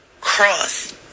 cross